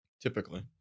typically